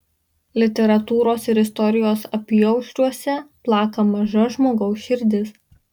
literatūros ir istorijos apyaušriuose plaka maža žmogaus širdis